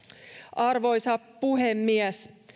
arvoisa puhemies